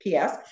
PS